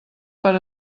per